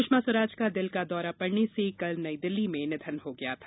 सुषमा स्वराज का दिल का दौरा पड़ने से कल नई दिल्ली में निधन हो गया था